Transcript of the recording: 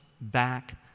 back